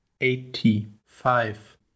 eighty-five